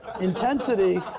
intensity